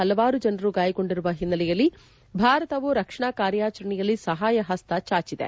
ಹಲವಾರು ಜನರು ಗಾಯಗೊಂಡಿರುವ ಹಿನ್ನೆಲೆಯಲ್ಲಿ ಭಾರತವು ರಕ್ಷಣಾ ಕಾರ್ಯಾಚರಣೆಯಲ್ಲಿ ಸಹಾಯ ಹಸ್ತ ಚಾಚಿದೆ